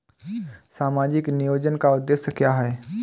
सामाजिक नियोजन का उद्देश्य क्या है?